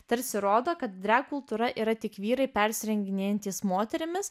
tarsi rodo kad drag kultūra yra tik vyrai persirenginėjantys moterimis